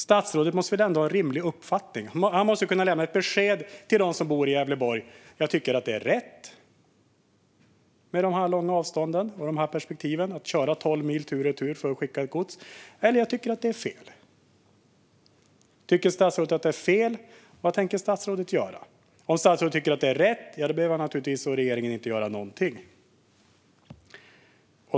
Statsrådet måste väl ha en uppfattning och kunna lämna ett besked till dem som bor i Gävleborg om han tycker det är rätt med de långa avstånden, att köra tolv mil tur och retur för att skicka gods, eller om han tycker att det är fel. Om statsrådet tycker att det är fel, vad tänker han göra? Om statsrådet tycker att det är rätt behöver han och regeringen givetvis inte göra något.